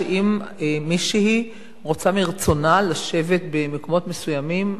אם מישהי רוצה מרצונה לשבת במקומות מסוימים,